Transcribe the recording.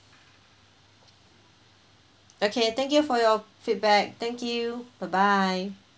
okay thank you for your feedback thank you bye bye